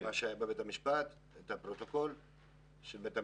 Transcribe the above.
ממה שהיה בבית המשפט, את הפרוטוקול של בית המשפט,